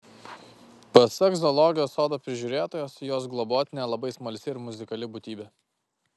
pasak zoologijos sodo prižiūrėtojos jos globotinė labai smalsi ir muzikali būtybė